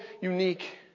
unique